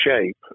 shape